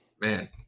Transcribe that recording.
Man